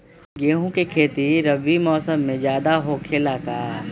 गेंहू के खेती रबी मौसम में ज्यादा होखेला का?